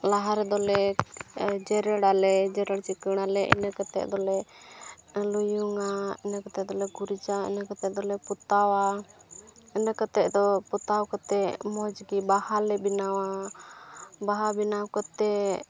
ᱞᱟᱦᱟ ᱨᱮᱫᱚᱞᱮ ᱡᱮᱨᱮᱲᱟᱞᱮ ᱡᱮᱨᱮᱲ ᱪᱤᱠᱟᱹᱲᱟᱞᱮ ᱤᱱᱟᱹ ᱠᱟᱛᱮᱫ ᱫᱚᱞᱮ ᱞᱩᱭᱩᱝᱼᱟ ᱤᱱᱟᱹ ᱠᱟᱛᱮᱫ ᱫᱚᱞᱮ ᱜᱩᱨᱤᱡᱟ ᱤᱱᱟᱹ ᱠᱟᱛᱮᱫ ᱫᱚᱞᱮ ᱯᱚᱛᱟᱣᱟ ᱤᱱᱟᱹ ᱠᱟᱛᱮᱫ ᱫᱚ ᱯᱚᱛᱟᱣ ᱠᱟᱛᱮᱫ ᱢᱚᱡᱽ ᱜᱮ ᱵᱟᱦᱟ ᱞᱮ ᱵᱮᱱᱟᱣᱟ ᱵᱟᱦᱟ ᱵᱮᱱᱟᱣ ᱠᱟᱛᱮᱫ